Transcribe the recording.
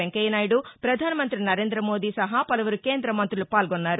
వెంకయ్య నాయుడు ప్రధానమంత్రి నరేంద్ర మోదీ సహా పలుపురు కేంద్ర మంతులు పాల్గొన్నారు